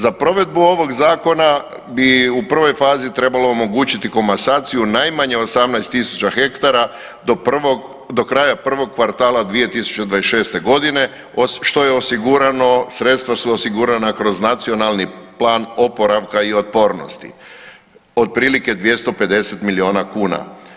Za provedbu ovog zakona bi u prvoj fazi trebalo omogućiti komasaciju najmanje 18000 ha do kraja prvog kvartala 2026. godine što je osigurano, sredstva su osigurana kroz nacionalni plan oporavka i otpornosti otprilike 250 milijuna kuna.